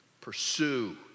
Pursue